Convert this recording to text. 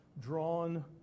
drawn